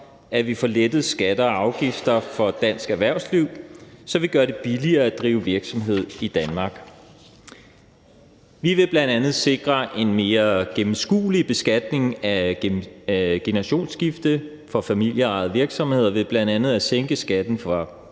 at vi får lettet skatter og afgifter for dansk erhvervsliv, så vi gør det billigere at drive virksomhed i Danmark. Vi vil bl.a. sikre en mere gennemskuelig beskatning af generationsskifte for familieejede virksomheder ved bl.a. at sænke skatten fra